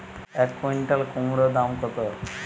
এক কুইন্টাল কুমোড় দাম কত?